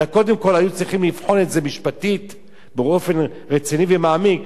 אלא קודם כול היו צריכים לבחון את זה משפטית ובאופן רציני ומעמיק,